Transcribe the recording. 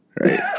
Right